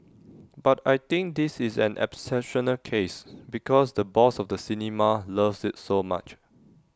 but I think this is an exceptional case because the boss of the cinema loves IT so much